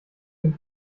dem